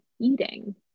eating